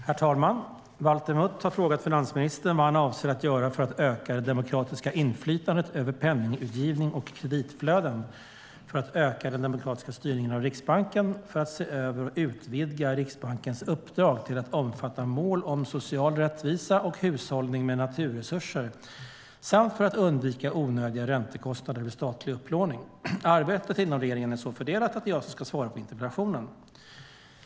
Herr talman! Valter Mutt har frågat finansministern vad han avser att göra för att öka det demokratiska inflytandet över penningutgivning och kreditflöden, för att öka den demokratiska styrningen av Riksbanken, för att se över och utvidga Riksbankens uppdrag till att omfatta mål om social rättvisa och hushållning med naturresurser och för att undvika onödiga räntekostnader vid statlig upplåning. Arbetet inom regeringen är så fördelat att det är jag som ska svara på interpellationen.